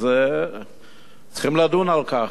אז צריכים לדון על כך.